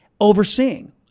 overseeing